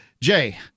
Jay